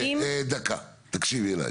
דקה תקשיבי אלי,